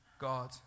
God